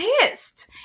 pissed